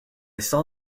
saw